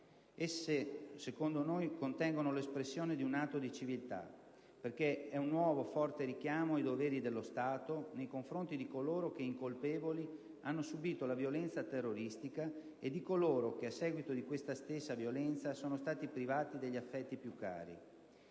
Esse, secondo noi, contengono l'espressione di un atto di civiltà, perché sono un nuovo, forte richiamo ai doveri dello Stato nei confronti di coloro che, incolpevoli, hanno subìto la violenza terroristica e di coloro che, a seguito di questa stessa violenza, sono stati privati degli affetti più cari.